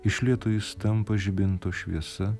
iš lėto jis tampa žibinto šviesa